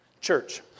Church